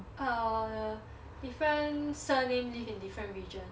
uh different surname live in different region